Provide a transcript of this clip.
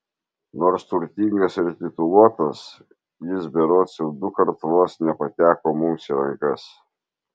nors turtingas ir tituluotas jis berods jau dukart vos nepateko mums į rankas